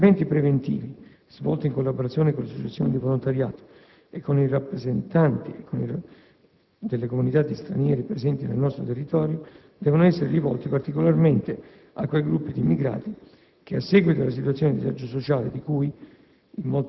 Gli interventi preventivi, svolti in collaborazione con le associazioni di volontariato e con i rappresentanti delle comunità di stranieri presenti nel nostro territorio, devono essere rivolti particolarmente a quei gruppi di immigrati che, a seguito della situazione di disagio sociale di cui,